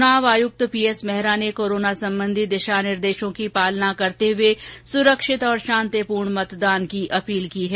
चुनाव आयुक्त पीएसमेहरा ने कोरोना संबंधी सभी दिशा निर्देशों की पालना करते हथे सुरक्षित और शांतिपूर्ण मतदान की अपील की है